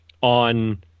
on